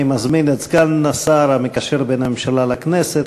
אני מזמין את סגן השר המקשר בין הממשלה לכנסת,